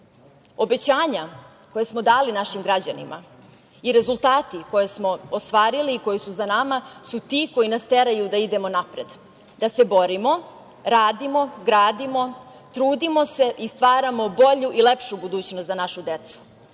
Obećanja koja smo dali našim građanima i rezultati koje smo ostvarili i koji su za nama su ti koji nas teraju da idemo napred, da se borimo, radimo, gradimo, trudimo se i stvaramo bolju i lepšu budućnost za našu decu,